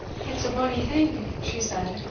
it's a bonny thing, she said,